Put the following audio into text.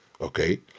Okay